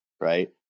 Right